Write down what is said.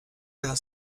della